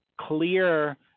clear